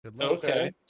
Okay